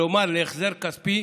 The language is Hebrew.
כלומר להחזר כספי,